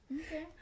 Okay